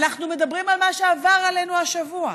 אנחנו מדברים על מה שעבר עלינו השבוע,